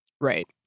Right